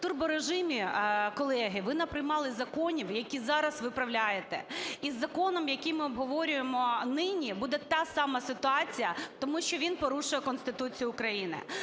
В турборежимі, колеги, ви наприймали законів, які зараз виправляєте. Із законом, який ми обговорюємо нині, буде та сама ситуація, тому що він порушує Конституцію України.